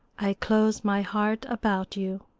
i close my heart about you.